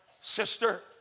sister